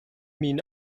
mean